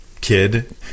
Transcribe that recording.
kid